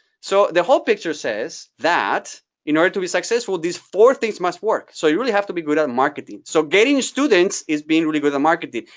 so the whole picture says that in order to be successful, these four things must work. so you really have to be good at marketing. so getting students is being really good at marketing.